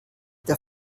der